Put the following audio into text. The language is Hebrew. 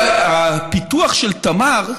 הפיתוח של תמר,